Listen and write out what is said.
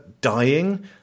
dying